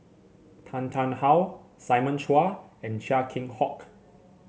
Tan Tarn How Simon Chua and Chia Keng Hock